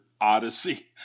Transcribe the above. odyssey